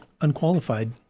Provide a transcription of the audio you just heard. unqualified